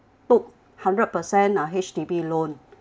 took hundred percent uh H_D_B loan